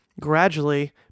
gradually